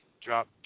Drop